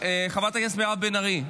חברת הכנסת מירב בן ארי,